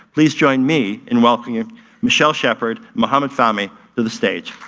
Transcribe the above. please join me and welcoming michelle shephard, mohamed fahmy to the stage.